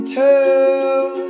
tell